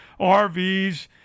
RVs